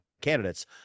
candidates